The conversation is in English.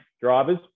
drivers